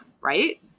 right